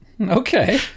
Okay